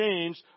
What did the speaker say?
changed